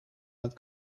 not